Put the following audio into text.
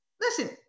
listen